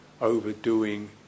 overdoing